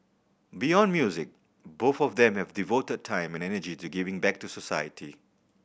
beyond music both of them have devoted time and energy to giving back to society